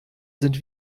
sind